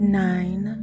nine